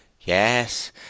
yes